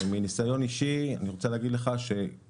מניסיון אישי אני רוצה להגיד לך שאנחנו